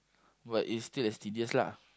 but it's still as tedious lah